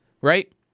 right